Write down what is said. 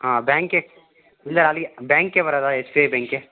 ಹಾಂ ಬ್ಯಾಂಕ್ಗೆ ಇಲ್ಲ ಅಲ್ಲಿಗೇ ಬ್ಯಾಂಕ್ಗೇ ಬರೋದಾ ಎಸ್ ಬಿ ಐ ಬ್ಯಾಂಕ್ಗೆ